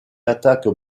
attaquent